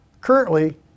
Currently